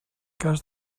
cas